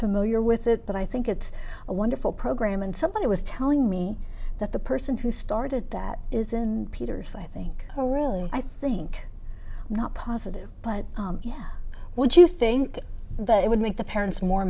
familiar with it but i think it's a wonderful program and somebody was telling me that the person who started that isn't peter's i think a really i think not positive but yeah when you think that it would make the parents more